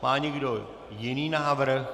Má někdo jiný návrh?